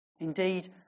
Indeed